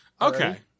Okay